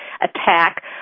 attack